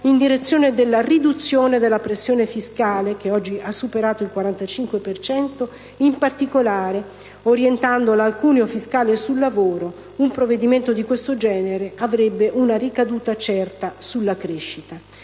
in direzione della riduzione della pressione fiscale, che oggi ha superato il 45 per cento, in particolare orientandolo al cuneo fiscale sul lavoro. Un provvedimento di questo genere avrebbe avuto una ricaduta certa sulla crescita.